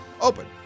Open